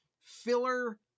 filler